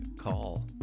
call